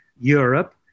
Europe